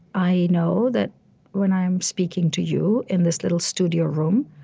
i know that when i'm speaking to you in this little studio room,